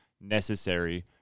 necessary